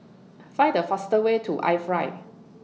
Find The faster Way to IFly